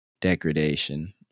degradation